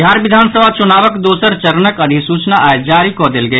बिहार विधानसभा चुनावक दोसर चरणक अधिसूचना आई जारी कऽ देल गेल